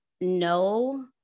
no